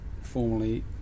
formerly